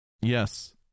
Yes